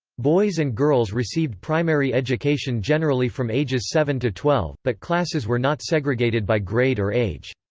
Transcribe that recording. boys and girls received primary education generally from ages seven to twelve, but classes were not segregated by grade or age.